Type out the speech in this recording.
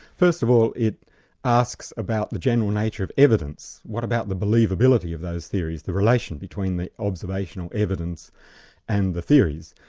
first of all, it asks about the general nature of evidence what about the believability of those theories, the relations between the observational evidence and the theories?